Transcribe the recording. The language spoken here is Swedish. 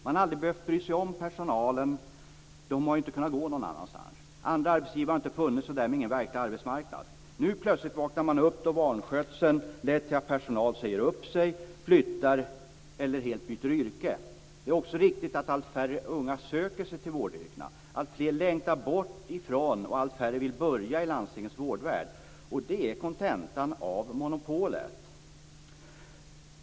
Man har aldrig behövt bry sig om de anställda - de har ju inte kunnat gå någon annanstans. Andra arbetsgivare har inte funnits och därmed ingen verklig arbetsmarknad. Nu plötsligt vaknar man upp då vanskötseln lett till att personal säger upp sig, flyttar eller helt byter yrke. Det är också riktigt att allt färre unga söker sig till vårdyrkena; alltfler längtar bort från och allt färre vill börja arbeta i landstingens vårdvärld. Det är kontentan av monopolet.